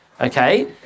okay